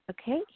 Okay